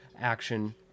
action